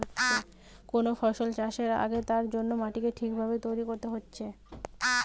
কোন ফসল চাষের আগে তার জন্যে মাটিকে ঠিক ভাবে তৈরী কোরতে হচ্ছে